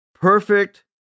Perfect